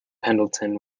pendleton